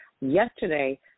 yesterday